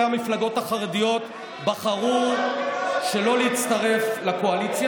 המפלגות החרדיות בחרו שלא להצטרף לקואליציה,